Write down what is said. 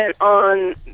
on